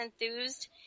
enthused